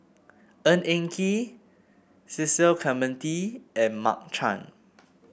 Ng Eng Kee Cecil Clementi and Mark Chan